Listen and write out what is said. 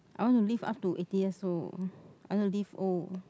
I want to live up to eighty years old I want to live old